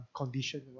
condition